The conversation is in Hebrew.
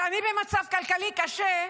כשאני במצב כלכלי קשה,